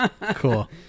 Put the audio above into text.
Cool